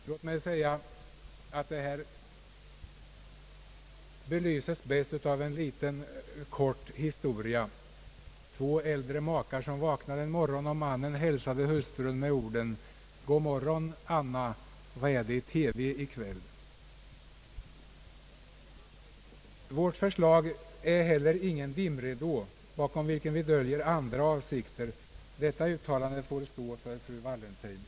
Detta belyses bäst genom en liten historia. Två äldre makar vaknar en morgon och mannen hälsar hustrun med orden: God morgon, Anna, vad är det i TV i kväll? Vårt förslag är ingen dimridå bakom vilken vi döljer andra avsikter. Detta uttalande får stå för fru Wallentheim.